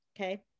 okay